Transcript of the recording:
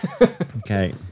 Okay